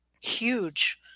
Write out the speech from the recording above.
huge